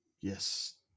Yes